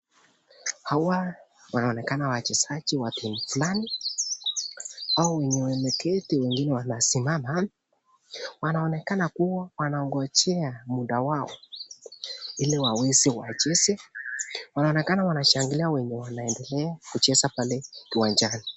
Hawa wanonekana wachezaji wa timu fulani. Hao wameketi na wengine wanasimama. Wanaonekana kuwa wanagojea muda wao ili waweze wacheze. Waonekana wanashangilia wenye wanaendelea kucheza pale kiwanjani.